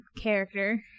character